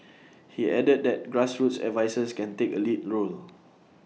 he added that grassroots advisers can take A lead role